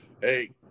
Hey